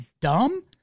dumb